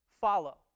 follow